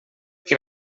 que